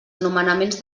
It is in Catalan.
nomenaments